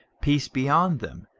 peace be on them,